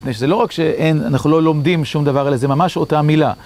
מפני שזה לא רק שאין, אנחנו לא לומדים שום דבר אלא זה ממש אותה מילה.